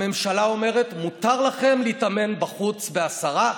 הממשלה אומרת: מותר לכם להתאמן בחוץ בעשרה,